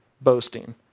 boasting